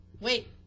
Wait